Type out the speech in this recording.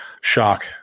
shock